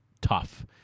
tough